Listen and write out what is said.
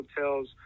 hotels